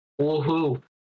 Woohoo